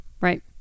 Right